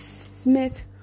Smith